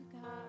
God